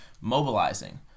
mobilizing